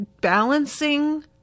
balancing